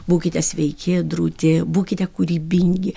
būkite sveiki drūti būkite kūrybingi